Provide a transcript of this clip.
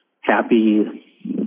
happy